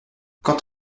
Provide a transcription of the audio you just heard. quant